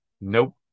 Nope